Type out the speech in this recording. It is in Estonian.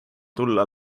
tulla